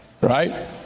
Right